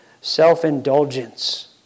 self-indulgence